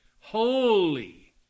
Holy